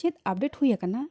ᱪᱮᱫ ᱟᱯᱰᱮᱴ ᱦᱩᱭ ᱟᱠᱟᱱᱟ